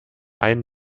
ein